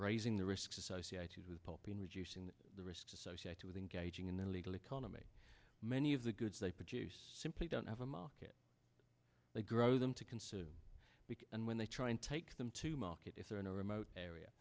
raising the risks associated with helping reducing the risks associated with engaging in illegal economy many of the goods they produce simply don't have a market they grow them to consume and when they try and take them to market if they're in a remote area